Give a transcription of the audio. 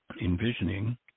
envisioning